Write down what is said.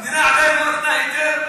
המדינה עדיין לא נתנה היתר,